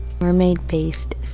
Mermaid-based